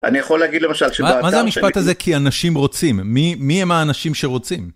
אני יכול להגיד, למשל, שבאתר שאני... מה זה המשפט הזה, כי אנשים רוצים? מי, מי הם האנשים שרוצים?